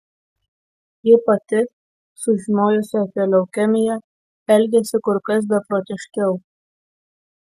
ji pati sužinojusi apie leukemiją elgėsi kur kas beprotiškiau